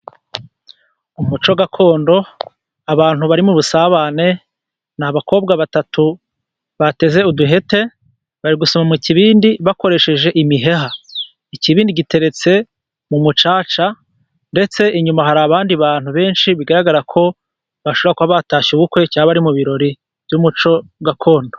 Umuco gakondo, abantu bari mu busabane ni abakobwa batatu bateze uduhete bari gusoma ku kibindi, bakoresheje imiheha. Ikibindi giteretse mu mucaca, ndetse inyuma hari abandi bantu benshi, bigaragara ko bashobora kuba batashye ubukwe cyangwa bari mu birori by'umuco gakondo.